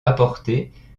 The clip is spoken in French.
apportées